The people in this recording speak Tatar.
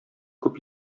күп